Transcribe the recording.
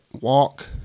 walk